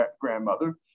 grandmother